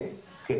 כן.